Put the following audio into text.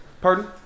Pardon